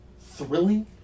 Thrilling